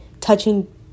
touching